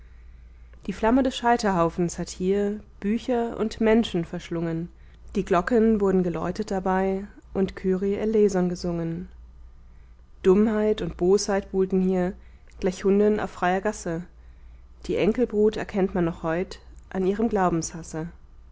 die flamme des scheiterhaufens hat hier bücher und menschen verschlungen die glocken wurden geläutet dabei und kyrie eleison gesungen dummheit und bosheit buhlten hier gleich hunden auf freier gasse die enkelbrut erkennt man noch heut an ihrem